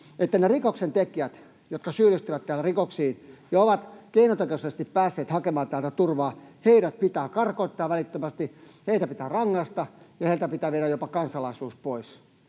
että ne rikoksentekijät, jotka syyllistyvät täällä rikoksiin ja ovat keinotekoisesti päässeet hakemaan täältä turvaa, pitää karkottaa välittömästi, heitä pitää rangaista ja heiltä pitää viedä jopa kansalaisuus pois.